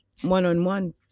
one-on-one